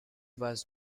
was